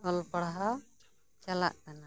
ᱚᱞ ᱯᱟᱲᱦᱟᱣ ᱪᱟᱞᱟᱜ ᱠᱟᱱᱟ